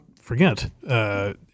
forget